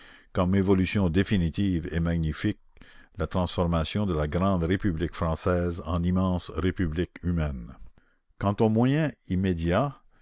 comme évolution définitive et magnifique la transformation de la grande république française en immense république humaine quant aux moyens immédiats